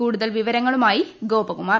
കൂടുതൽ വിവരങ്ങളുമായി ഗ്രോപകുമാർ